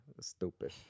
stupid